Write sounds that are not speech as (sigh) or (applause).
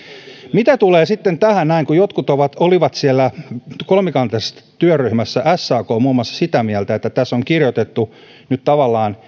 mitä tulee sitten tähän näin kun jotkut olivat siellä kolmikantaisessa työryhmässä sak muun muassa sitä mieltä että tässä on nyt tavallaan (unintelligible)